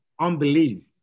unbelief